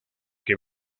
que